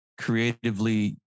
creatively